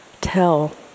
tell